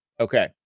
Okay